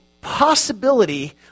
possibility